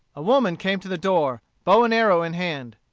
a woman came to the door, bow and arrow in hand.